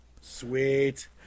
Sweet